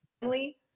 family